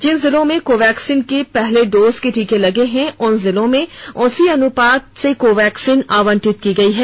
जिन जिलों में कोवैक्सीन की पहले डोज के टीके लगे हैं उन जिलों में उसी अनुपात कोवैक्सीन आवंटित की गयी है